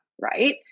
right